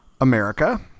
America